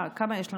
כמה יש לנו,